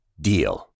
DEAL